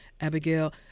Abigail